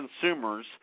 consumers